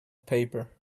paper